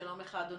שלום לך אדוני,